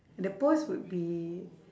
the pose would be